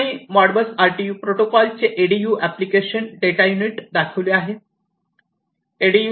याठिकाणी Modbus RTU protocol चे ADU application data unit दाखविले आहे